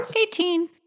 Eighteen